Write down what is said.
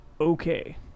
okay